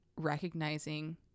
recognizing